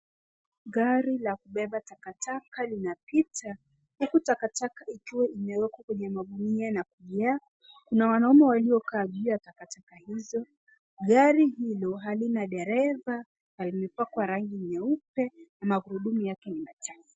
Gari la kubeba takataka linapita huku takataka ikiwa imewekwa kwenye magunia na gunia, kuna wanaume waliovalia takataka hizo. Gari hilo halina dereva na limepakwa rangi nyeupe na magurudumu yake ni machafu.